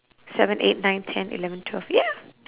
seven eight nine ten eleven twelve ya